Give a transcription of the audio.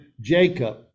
Jacob